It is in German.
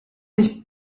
nicht